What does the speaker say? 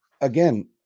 again